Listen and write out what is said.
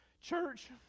church